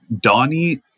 Donnie